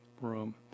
room